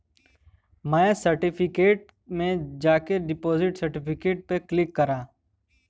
माय certificate में जाके deposit certificate पे क्लिक करा